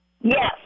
Yes